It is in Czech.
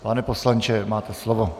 Pane poslanče, máte slovo.